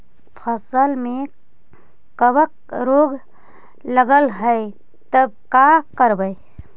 फसल में कबक रोग लगल है तब का करबै